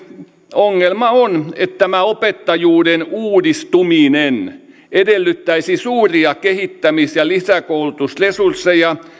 ongelma on että tämä opettajuuden uudistuminen edellyttäisi suuria kehittämis ja lisäkoulutusresursseja